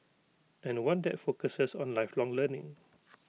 and one that focuses on lifelong learning